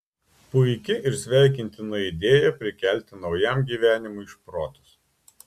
puiki ir sveikintina idėja prikelti naujam gyvenimui šprotus